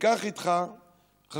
קח איתך חקלאי,